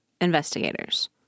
investigators